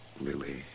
Lily